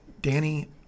Danny